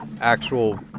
actual